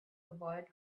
avoid